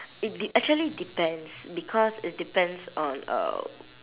it dep~ actually depends because it depends on uh